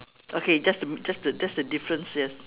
okay that's the that's the that's the difference yes